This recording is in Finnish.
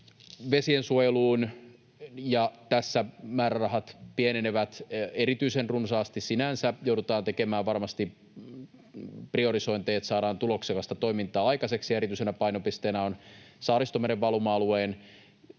vesiensuojeluun, niin tässä määrärahat pienenevät erityisen runsaasti. Sinänsä joudutaan tekemään varmasti priorisointeja, että saadaan tuloksekasta toimintaa aikaiseksi. Erityisenä painopisteenä ovat Saaristomeren valuma-alueen